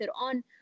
on